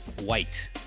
White